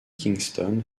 kingston